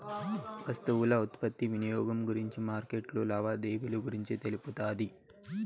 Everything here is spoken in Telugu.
వస్తువుల ఉత్పత్తి వినియోగం గురించి మార్కెట్లో లావాదేవీలు గురించి తెలుపుతాది